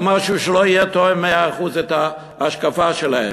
משהו שלא יהיה תואם במאה אחוז את ההשקפה שלהם.